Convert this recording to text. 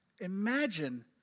Imagine